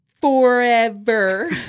Forever